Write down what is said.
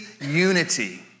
unity